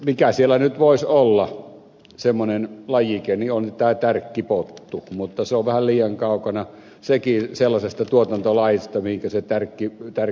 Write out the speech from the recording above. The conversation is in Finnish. mikä siellä nyt voisi olla semmoinen lajike niin tämä tärkkipottu mutta se on vähän liian kaukana sekin sellaisesta tuotantolajista mihinkä se tärkki vietäisiin